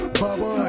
bubba